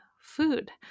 food